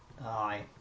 Aye